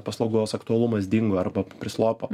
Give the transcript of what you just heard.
paslaugos aktualumas dingo arba prislopo